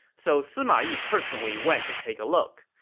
so sima yi personally went to take a look.